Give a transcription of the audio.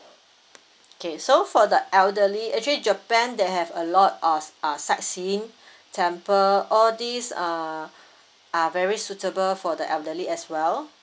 K so for the elderly actually japan they have a lot of uh sightseeing temple all these uh are very suitable for the elderly as well